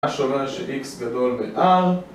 מה שאומר ש-X גדול מ-R